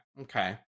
Okay